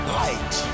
light